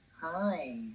Hi